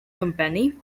company